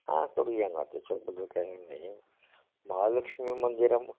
हां करूया ना त्याच्याबद्दल काय हे नाही महालक्ष्मी मंदिराम